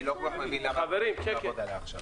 אני לא כל כך מבין למה אנחנו מתחילים לעבוד עליה עכשיו.